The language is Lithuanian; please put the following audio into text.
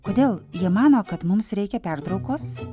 kodėl jie mano kad mums reikia pertraukos